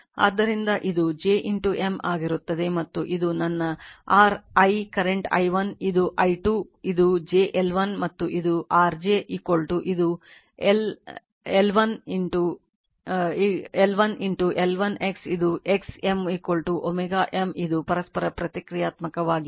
ಆದ್ದರಿಂದ ಇದು j M ಆಗಿರುತ್ತದೆ ಮತ್ತು ಇದು ನನ್ನ r I ಕರೆಂಟ್ i1 ಇದು i 2 ಮತ್ತು ಇದು j L1 ಮತ್ತು ಇದು rj ಇದು x L1 x x L1 L1 x ಮತ್ತು x M ω M ಅದು ಪರಸ್ಪರ ಪ್ರತಿಕ್ರಿಯಾತ್ಮಕವಾಗಿದೆ